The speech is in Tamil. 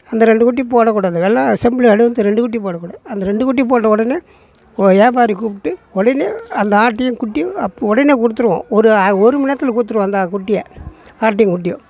அந்த ரெண்டு குட்டி போடக்கூடாது வெள்ளை செம்மறி ஆடு வந்து ரெண்டு குட்டி போடக்கூடாது அந்த ரெண்டு குட்டி போட்ட உடனே ஒரு வியாபாரி கூப்பிட்டு உடனே அந்த ஆட்டையும் குட்டியையும் அப்போ உடனே கொடுத்துருவோம் ஒரு அ ஒரு மணிநேரத்துல கொடுத்துருவோம் அந்த குட்டியை ஆட்டுக்குட்டியை